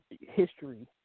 history